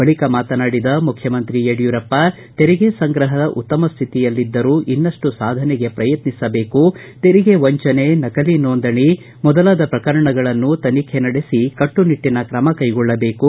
ಬಳಿಕ ಮಾತನಾಡಿದ ತೆರಿಗೆ ಸಂಗ್ರಹ ಉತ್ತಮ ಸ್ಥಿತಿಯಲ್ಲಿದ್ದರೂ ಇನ್ನಷ್ಟು ಸಾಧನೆಗೆ ಪ್ರಯತ್ನಿಸಬೇಕು ತೆರಿಗೆ ವಂಚನೆ ನಕಲಿ ನೋಂದಣಿ ಮೊದಲಾದ ಪ್ರಕರಣಗಳನ್ನು ತನಿಖೆ ನಡೆಸಿ ಕಟ್ಟು ನಿಟ್ಟನ ಕ್ರಮ ಕೈಗೊಳ್ಳಬೇಕು